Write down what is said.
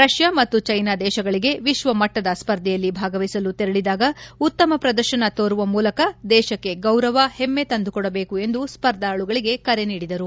ರಷ್ಠಾ ಮತ್ತು ಚೈನಾ ದೇಶಗಳಿಗೆ ವಿಶ್ವಮಟ್ಟದ ಸ್ಪರ್ಧೆಯಲ್ಲಿ ಭಾಗವಹಿಸಲು ತೆರಳಿದಾಗ ಉತ್ತಮ ಪ್ರದರ್ಶನ ತೋರುವ ಮೂಲಕ ದೇಶಕ್ಕೆ ಗೌರವ ಹೆಮ್ಮೆ ತಂದುಕೊಡಬೇಕು ಎಂದು ಸ್ಪರ್ಧಾರುಗಳಿಗೆ ಕರೆ ನೀಡಿದರು